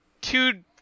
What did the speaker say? Two